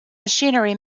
machinery